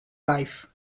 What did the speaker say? life